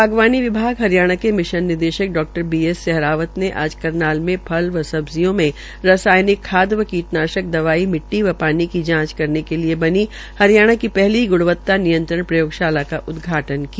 बागवानी विभाग हरियाणा के मिशन निदेशक डा बी एस सहरावत ने आज करनाल में फल व सब्जियों में रसायनिक खाद व कीटनाशक दवाई मिट्टी व पानी की जांच कराने के लिये बनी हरियाणा की पहली ग्णवता नियंत्रण प्रयोगशाला का उदघाटन किया